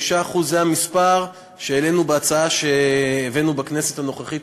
5% זה המספר שהעלינו בהצעה שהבאנו בכנסת הנוכחית.